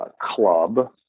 Club